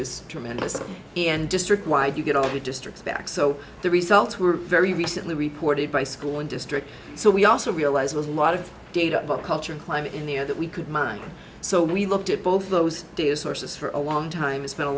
is tremendous and district wide you get all of the districts back so the results were very recently reported by school and district so we also realize a lot of data about culture and climate in the year that we could mine so we looked at both of those data sources for a long time it's been a